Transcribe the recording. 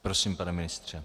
Prosím, pane ministře.